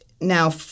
now